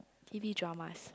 t_v dramas